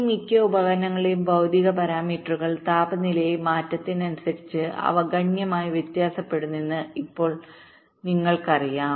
ഈ മിക്ക ഉപകരണങ്ങളുടെയും ഭൌതിക പാരാമീറ്ററുകൾ താപനിലയിലെ മാറ്റത്തിനനുസരിച്ച് അവ ഗണ്യമായി വ്യത്യാസപ്പെടുന്നുവെന്ന് ഇപ്പോൾ നിങ്ങൾക്കറിയാം